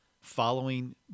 following